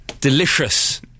Delicious